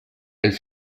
elle